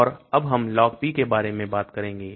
और अब हम LogP के बारे में बात करेंगे